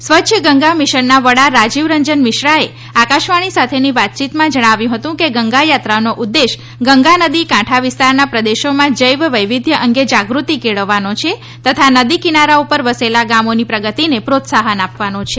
સ્વચ્છ ગંગા મિશનના વડા રાજીવ રંજન મિશ્રાએ આકાશવાણી સાથેની વાતચીતમાં જણાવ્યું હતું કે ગંગા યાત્રાનો ઉદ્દેશ ગંગા નદી કાંઠા વિસ્તારના પ્રદેશોના જૈવ વૈવિધ્ય અંગે જાગૃતિ કેળવવાનો છે તથા નદી કિનારા ઉપર વસેલા ગામોની પ્રગતિને પ્રોત્સાહન આપવાનો છે